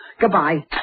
Goodbye